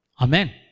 Amen